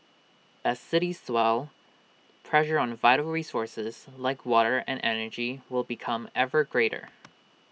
as cities swell pressure on vital resources like water and energy will become ever greater